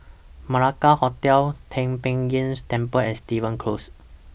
Malacca Hotel Tai Pei Yuen Temple and Stevens Close